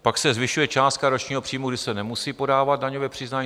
Pak se zvyšuje částka ročního příjmu, kdy se nemusí podávat daňové přiznání.